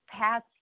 past